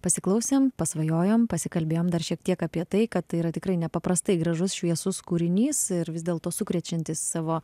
pasiklausėm pasvajojom pasikalbėjom dar šiek tiek apie tai kad tai yra tikrai nepaprastai gražus šviesus kūrinys ir vis dėlto sukrečiantis savo